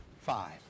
Five